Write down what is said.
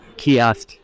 kiosk